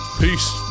Peace